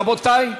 רבותי,